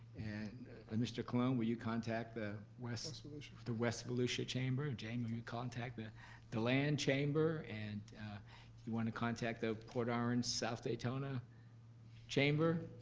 and mr. colon, will you contact the west west volusia. west volusia chamber? jamie, will you contact the deland chamber? and you want to contact the port orange south daytona chamber.